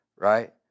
right